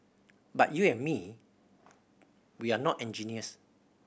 but you and me we're not engineers